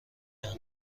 یان